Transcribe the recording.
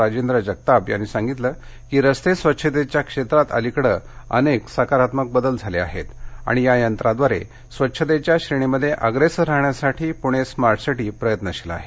राजेंद्र जगताप म्हणाले की रस्ते स्वच्छतेच्या क्षेत्रात अलीकडे अनेक सकारात्मक बदल झाले आहेत आणि या यंत्राद्वारे स्वच्छतेच्या श्रेणीमध्ये अप्रेसर राहण्यासाठी पुणे स्मार्ट सिटी प्रयत्नशील आहे